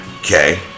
Okay